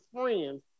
friends